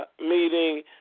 meeting